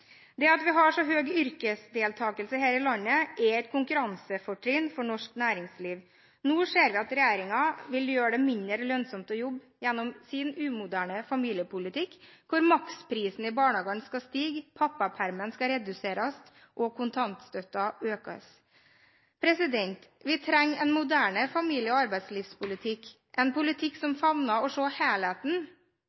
Det at vi har så høy yrkesdeltakelse her i landet er et konkurransefortrinn for norsk næringsliv. Nå ser vi at regjeringen vil gjøre det mindre lønnsomt å jobbe gjennom sin umoderne familiepolitikk, for maksprisen i barnehagene skal stige, pappapermen skal reduseres og kontantstøtten skal økes. Vi trenger en moderne familie- og arbeidslivspolitikk, en politikk som